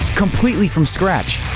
completely from scratch?